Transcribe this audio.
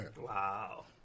Wow